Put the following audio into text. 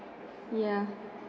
ya